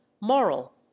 moral